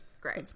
Great